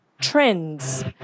trends